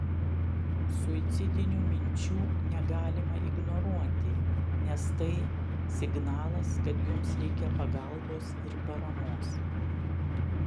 suicidinių minčių negalima ignoruoti nes tai signalas kad jums reikia pagalbos ir paramos